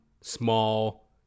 small